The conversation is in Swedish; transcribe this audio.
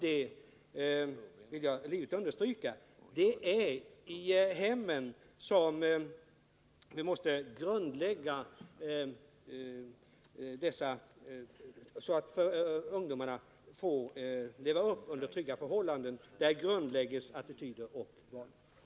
Jag vill livligt understryka att det är viktigt att missbruk av alkoungdomarna får växa upp under trygga förhållanden, för det är i hemmen — pol som attityder och vanor grundläggs.